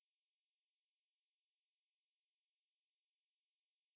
honda ya sure honda civic uh I mean I'm talking about the eighties [one]